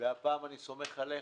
הפעם אני סומך עליך.